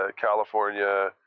California